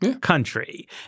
country